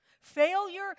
Failure